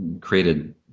created